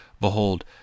Behold